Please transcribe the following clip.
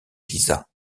lisa